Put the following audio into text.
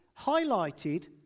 highlighted